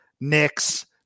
Knicks